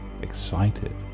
excited